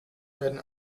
werden